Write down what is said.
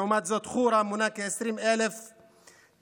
לעומת זאת חורה מונה כ-20,000 תושבים,